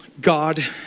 God